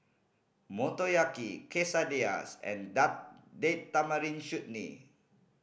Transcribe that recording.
Motoyaki Quesadillas and Date Tamarind Chutney